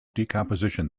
decomposition